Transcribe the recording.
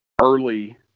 early